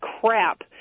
crap